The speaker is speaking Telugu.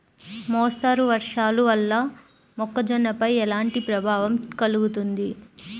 మోస్తరు వర్షాలు వల్ల మొక్కజొన్నపై ఎలాంటి ప్రభావం కలుగుతుంది?